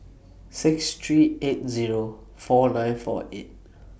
six three eight Zero four nine four eight